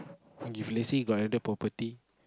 if let's say you got landed property